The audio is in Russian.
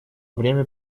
время